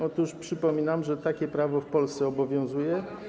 Otóż przypominam, że takie prawo w Polsce obowiązuje.